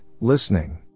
listening